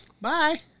Bye